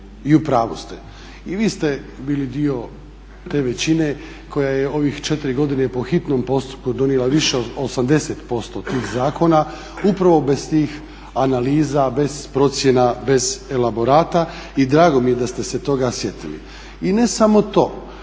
i u pravu ste.